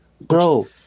Bro